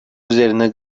üzerine